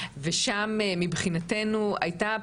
ושם מבחינתנו הייתה,